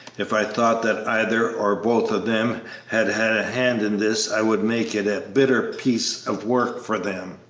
if i thought that either or both of them had had a hand in this i would make it a bitter piece of work for them!